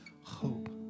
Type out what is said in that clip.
hope